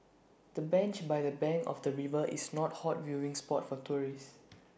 the bench by the bank of the river is not hot viewing spot for tourists